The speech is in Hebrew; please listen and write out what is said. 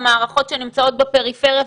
המערכות שנמצאות בפריפריה,